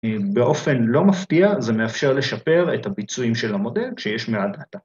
‫באופן לא מפתיע, זה מאפשר לשפר ‫את הביצועים של המודל כשיש מעט דאטה.